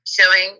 showing